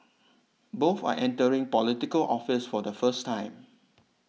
both are entering Political Office for the first time